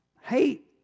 hate